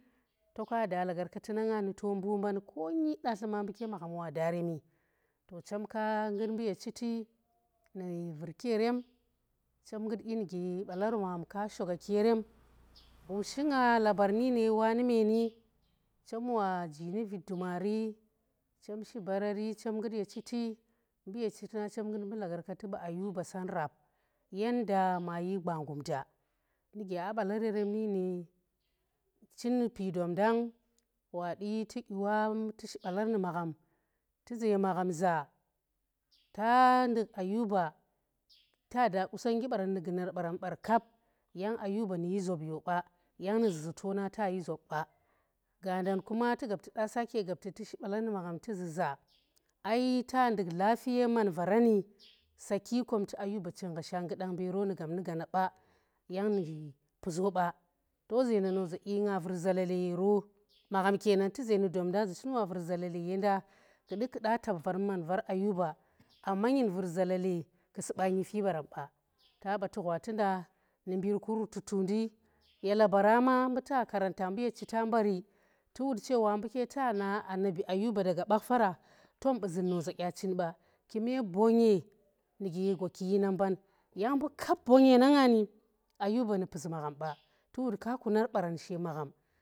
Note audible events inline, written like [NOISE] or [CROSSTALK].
To kada lagarkatu na nga nu to mbu nban kongi datli ma mbuke magham wa de rem chenka ngut mbu ye chiti nu vurki yeren chem ngut dyi nuge balar bu [NOISE] magham ka zuki yeren, bushi nga labar nine wa nu meeni chem waji nu vid dumari, chem shi barari, chem ngut ye chiti, mbu ye chitina chem ngut mbu lagarkati bu Ayuba san rap yen da mayi gwanggum da nu ge a balar yeren nine, chin nu pi dom ngang wadi tuqi wa tu shi balar nu magham, tu za magham za, taa nduk ayuba, tada qusongnggi baran nu gunar boran yang Ayuba niyi zap yo ba, yang nu zu za tona tushi zop ba gaandan tu gap tuda tu shi balar tu ze magham za ta nduk ayuba man varani saaki kom tu Ayuba ching gha shanggu dang mbe ro nu gap nu gaana ba iyang nu puzo ba, tazo nda no zai i nga dir zalala yero magham kenan tuza nu domndo za chin wa var zalala yenda kudu ku da tab var man var ayuba amma nyim vir zalala ku suba nyifi baran ba ta ba tu ghwati nda nu mbir ku rututu ndi, ye labara ma mbu ta mbu ye chita mbari tu wut chewa mbuta na anabi Ayuba daga bach faara tom bu zun noze dya chin ba, kuma bonye nuge gwaki yinan mban yang mbu kap bonye na nga. Ayuba nu pus magham ba tu wutka kunar baran she magham.